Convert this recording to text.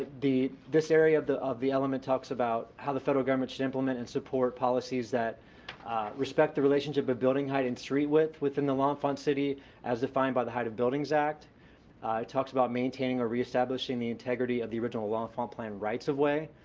the ideas. this area of the of the element talks about how the federal government should implement and support policies that respect the relationship of building height and street width within the l'enfant city as defined by the height of buildings act. it talks about maintaining or reestablishing the integrity of the original l'enfant plan rights of way.